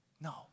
No